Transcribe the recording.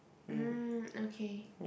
mm okay